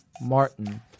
Martin